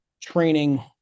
training